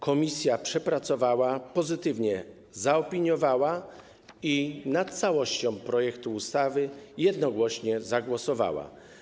Komisja to przepracowała, pozytywnie zaopiniowała i nad całością projektu ustawy jednogłośnie zagłosowała.